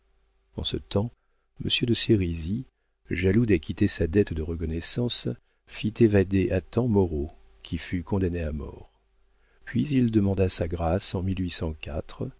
en ce temps monsieur de sérisy jaloux d'acquitter sa dette de reconnaissance fit évader à temps moreau qui fut condamné à mort puis il demanda sa grâce en